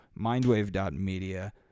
mindwave.media